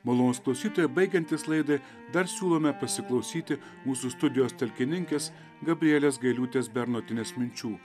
malonūs klausytojai baigiantis laidai dar siūlome pasiklausyti mūsų studijos talkininkės gabrielės gailiūtės bernotienės minčių